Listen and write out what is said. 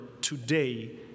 today